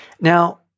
Now